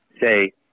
say